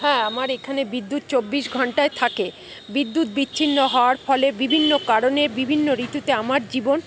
হ্যাঁ আমার এখানে বিদ্যুৎ চব্বিশ ঘন্টাই থাকে বিদ্যুৎ বিচ্ছিন্ন হওয়ার ফলে বিভিন্ন কারণে বিভিন্ন ঋতুতে আমার জীবন